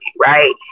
Right